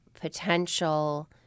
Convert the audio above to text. potential